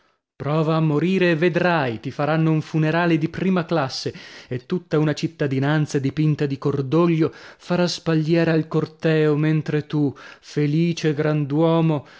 prova a morire e vedrai ti faranno un funerale di prima classe e tutta una cittadinanza dipinta di cordoglio farà spalliera al cortèo mentre tu felice grand'uomo